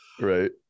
Right